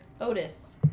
Otis